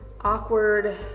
awkward